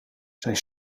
zijn